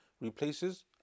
replaces